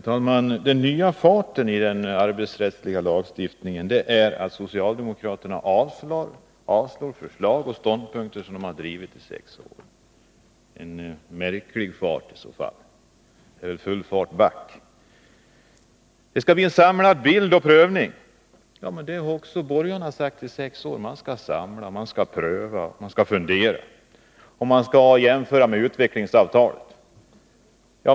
Herr talman! Den nya farten i den arbetsrättsliga lagstiftningen är att socialdemokraterna avstyrker förslag och ståndpunkter som de själva drivit i sex år. Det är en märklig fart i så fall — full fart back. Det skall bli en samlad bild och prövning. Ja, men det har också borgarna sagt i sex år. Man skall samla, man skall pröva och man skall fundera. Man skall jämföra med utvecklingsavtalet.